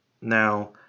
Now